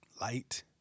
light